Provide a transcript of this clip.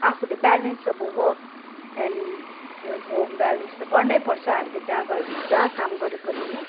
आफूले ब्यालेन्स अब work and home balance त गर्नै पर्छ हामीले गए जँहा काम गरे पनि होइन